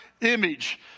image